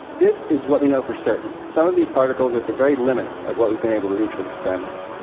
this is what we know for certain. some of these particles are at the very limit of what we've been able to reach with experiments.